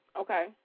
Okay